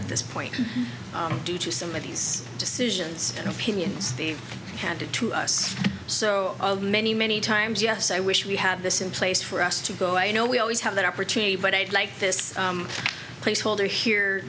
at this point due to some of these decisions and opinions they've had to to us so many many times yes i wish we had this in place for us to go i know we always have that opportunity but i'd like this place holder here